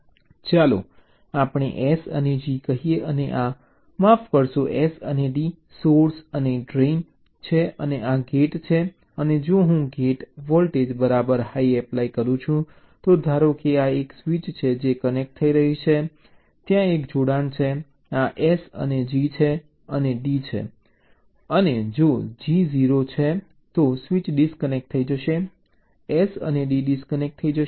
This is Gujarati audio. ચાલો આપણે S અને G કહીએ અને આ માફ કરશો S અને D સોર્સ અને ડ્રેઇન છે અને આ ગેટ છે અને જો હું ગેટ વોલ્ટેજ બરાબર હાઈ એપ્લાય કરું છું તો ધારો કે આ એક સ્વીચ છે જે કનેક્ટ થઈ રહી છે ત્યાં એક જોડાણ છે આ S અને G અને D છે અને જો G 0 છે તો સ્વીચ ડિસ્કનેક્ટ થઈ જશે S અને D ડિસ્કનેક્ટ થઈ જશે